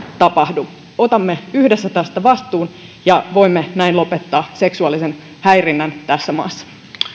tapahdu otamme yhdessä tästä vastuun ja voimme näin lopettaa seksuaalisen häirinnän tässä maassa